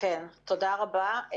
תודה רבה.